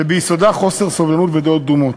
שביסודה חוסר סובלנות ודעות קדומות.